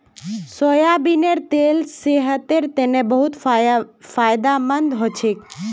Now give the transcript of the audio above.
सोयाबीनेर तेल सेहतेर तने बहुत फायदामंद हछेक